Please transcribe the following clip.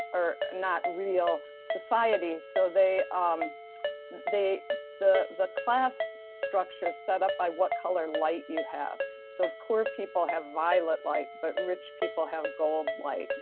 or not real society, so they um they the the class structure set up by what color light you have. so poor people have violet light, but rich people have gold light.